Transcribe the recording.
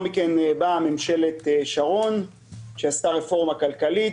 מכן באה ממשלת שרון שעשתה רפורמה כלכלית,